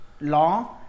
law